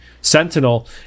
Sentinel